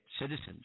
citizens